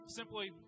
simply